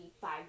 five